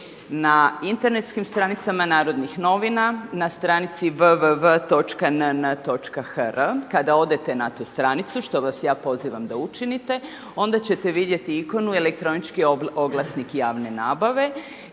Na internetskim stranicama Narodnih novina na stranici www.nn.hr kada odete na tu stranicu, što vas ja pozivam da učinite onda ćete vidjeti ikonu i elektronički oglasnik javne nabave